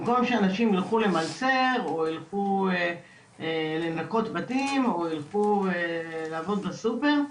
במקום שאנשים ילכו למלצר או לנקות בתים או ילכו לעבוד בסופר,